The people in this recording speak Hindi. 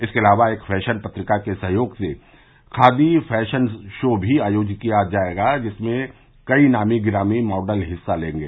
इसके अलावा एक फैशन पत्रिका के सहयोग से खादी फैशन शो भी आयोजित किया जायेगा जिसमें कई नामी गिरामी मॅडल हिस्सा लेंगे